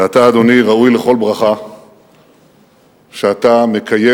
ואתה, אדוני, ראוי לכל ברכה שאתה מקיים